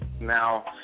now